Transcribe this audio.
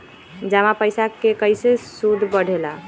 जमा पईसा के कइसे सूद बढे ला?